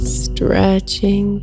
stretching